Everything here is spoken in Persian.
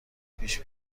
پیش